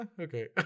Okay